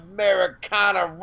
Americana